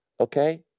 okay